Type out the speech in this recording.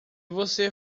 você